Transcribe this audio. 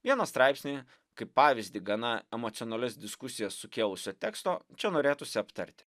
vieną straipsnį kaip pavyzdį gana emocionalias diskusijas sukėlusio teksto čia norėtųsi aptarti